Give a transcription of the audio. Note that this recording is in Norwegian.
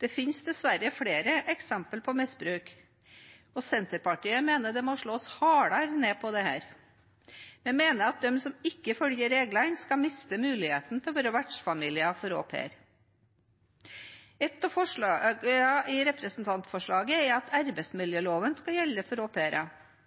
Det finnes dessverre flere eksempler på misbruk, og Senterpartiet mener det må slås hardere ned på dette. Vi mener at de som ikke følger reglene, skal miste muligheten til å være vertsfamilie for au pairer. Et av forslagene i representantforslaget er at arbeidsmiljøloven skal gjelde for